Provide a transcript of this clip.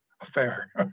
affair